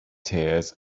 tears